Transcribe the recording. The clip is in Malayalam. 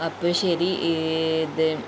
അപ്പം ശരി ഇത്